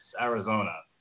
Arizona